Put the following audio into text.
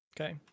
Okay